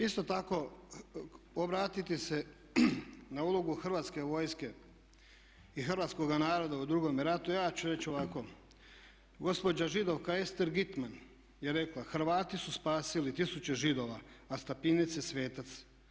Isto tako obratiti se na ulogu Hrvatske vojske i hrvatskoga naroda u drugome ratu ja ću reći ovako, gospođa Židovka Esther Gitman je rekla, Hrvati su spasili tisuće Židova a Stepinac je svetac.